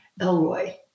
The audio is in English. Elroy